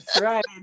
Right